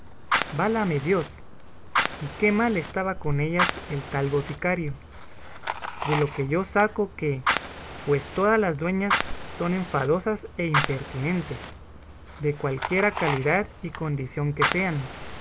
válame dios y qué mal estaba con ellas el tal boticario de lo que yo saco que pues todas las dueñas son enfadosas e impertinentes de cualquiera calidad y condición que sean